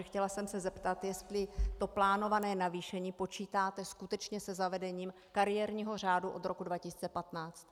Chtěla jsem se zeptat, jestli plánované navýšení počítáte skutečně se zavedením kariérního řádu od roku 2015.